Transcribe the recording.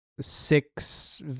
six